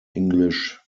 english